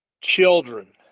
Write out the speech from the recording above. children